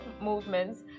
movements